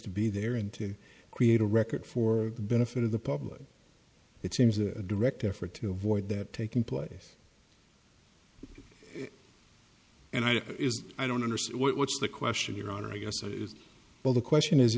to be there and to create a record for the benefit of the public it seems a direct effort to avoid that taking place and i do is i don't understand what's the question your honor i guess well the question is